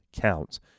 counts